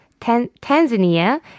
Tanzania